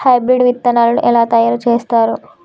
Hybrid విత్తనాలను ఎలా తయారు చేస్తారు?